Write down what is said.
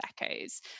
Echoes